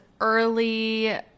early